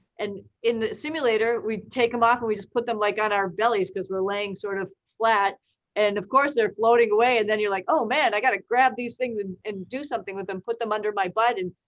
and in the simulator, we take them off and we just put them like on our bellies, cause we're laying sort of flat and of course they're floating away. and then you're like, oh man, i gotta grab these things and do something with them, put them under my but butt.